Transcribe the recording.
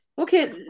Okay